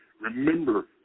Remember